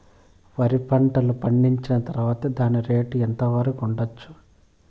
వరి పంటలు పండించిన తర్వాత దాని రేటు ఎంత వరకు ఉండచ్చు